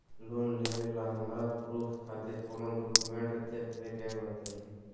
Loan लेबे ला हमरा प्रूफ खातिर कौन डॉक्यूमेंट देखबे के होतई?